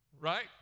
right